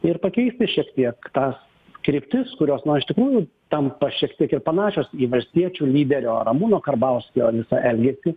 ir pakeisti šiek tiek tą kryptis kurios na iš tikrųjų tampa šiek tiek ir panašios į valstiečių lyderio ramūno karbauskio visą elgesį